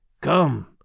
Come